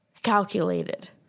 calculated